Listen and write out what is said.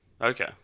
Okay